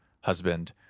husband